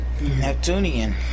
Neptunian